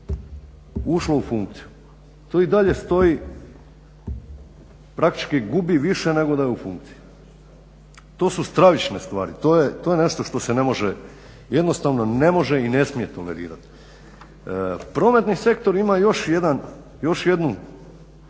ušlo u funkciju. To i dalje stoji, praktički gubi više nego da je u funkciji. To su stravične stvari. To je nešto što se ne može, jednostavno ne može i ne smije tolerirati. Prometni sektor ima još jedan